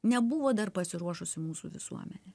nebuvo dar pasiruošusi mūsų visuomenė